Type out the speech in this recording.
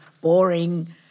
boring